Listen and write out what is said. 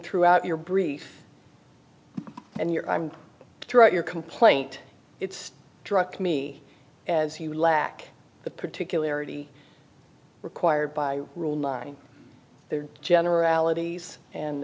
throughout your brief and your i'm right your complaint it's druck me as you lack the particular already required by rule nine there generalities and